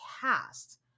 cast